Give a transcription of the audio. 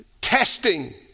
testing